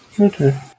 Okay